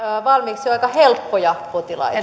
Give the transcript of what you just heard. valmiiksi jo aika helppoja potilaita